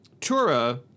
Tura